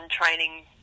training